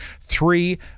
three